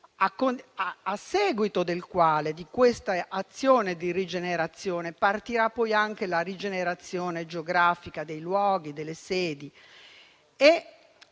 a seguito di questa azione di rigenerazione, partirà poi anche la rigenerazione geografica dei luoghi e delle sedi.